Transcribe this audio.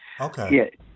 Okay